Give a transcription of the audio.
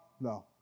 no